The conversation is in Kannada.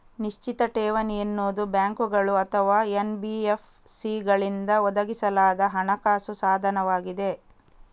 ನಿಶ್ಚಿತ ಠೇವಣಿ ಎನ್ನುವುದು ಬ್ಯಾಂಕುಗಳು ಅಥವಾ ಎನ್.ಬಿ.ಎಫ್.ಸಿಗಳಿಂದ ಒದಗಿಸಲಾದ ಹಣಕಾಸು ಸಾಧನವಾಗಿದೆ